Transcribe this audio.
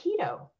keto